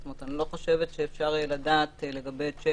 זאת אומרת אני לא חושבת שאפשר יהיה לדעת לגבי שיקים